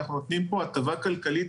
אנחנו נותנים פה הטבה כלכלית,